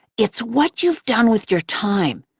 it's what you've done with your time,